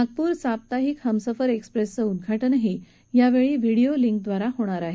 नागपूर साप्ताहिक हमसफर एक्सप्रसेचं उद्घाटनही यावेळी व्हिडीओ लिंक द्वारा होणार आहे